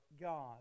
God